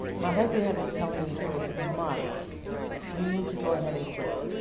my husband had been telling me for months you need to go ahead and quit.